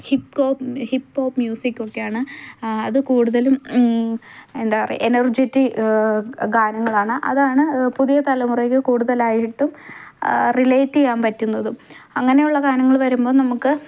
ഹിപ്കോ hip hop music ഒക്കെയാണ് അത് കൂടുതലും എന്താണ് പറയുക എനർജെറ്റിക് ഗാനങ്ങളാണ് അതാണ് പുതിയ തലമുറയിൽ കൂടുതലായിട്ടും റിലേറ്റ് ചെയ്യാൻ പറ്റുന്നതും അങ്ങനെയുള്ള ഗാനങ്ങൾ വരുമ്പോൾ നമുക്ക്